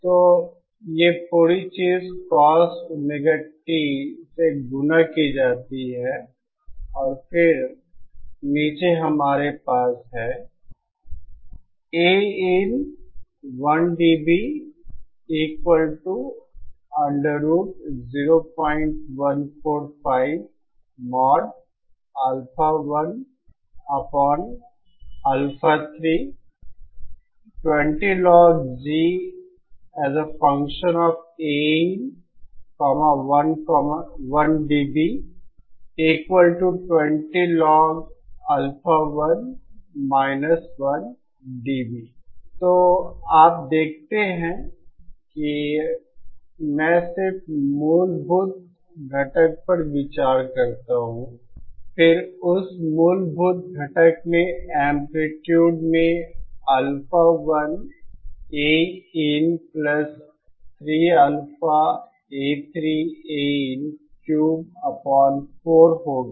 तो यह पूरी चीज़ Cos⍵t से गुणा की जाती है और फिर नीचे हमारे पास है तो आप देखते हैं कि मैं सिर्फ मूलभूत घटक पर विचार करता हूं फिर उस मूलभूत घटक में एंप्लीट्यूड में Alpha1Ain3Alpha3Ainक्यूबअपन4 होगा